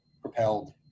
propelled